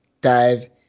dive